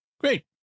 Great